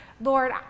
lord